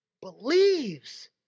believes